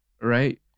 Right